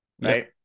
Right